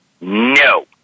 No